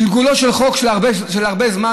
זה גלגולו של חוק של הרבה זמן.